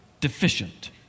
deficient